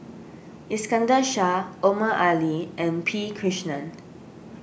Iskandar Shah Omar Ali and P Krishnan